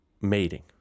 mating